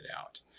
out